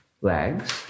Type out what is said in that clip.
legs